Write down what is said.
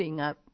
up